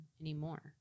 anymore